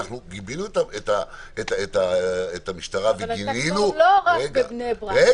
גיבינו את המשטרה וגינינו --- אתה כבר לא רק בבני ברק,